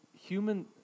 human